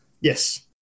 Yes